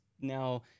now